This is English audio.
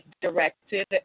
directed